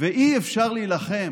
ואי-אפשר להילחם